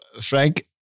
Frank